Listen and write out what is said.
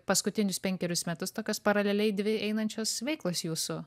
paskutinius penkerius metus tokios paraleliai dvi einančios veiklos jūsų